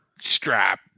strap